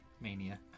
Mania